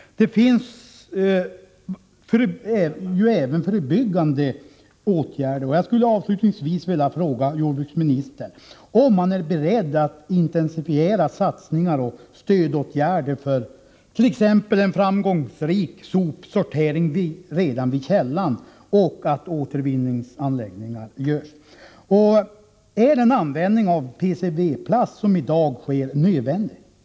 Man kan ju även vidta förebyggande åtgärder, och jag skulle avslutningsvis vilja fråga: Är jordbruksministern beredd att intensifiera arbetet när det gäller satsningar och stödåtgärder exempelvis för att få till stånd en framgångsrik sopsortering redan vid källan, samt att verka för att återvinningsanläggningar byggs? Är den användning av PCV-plast som i dag sker nödvändig?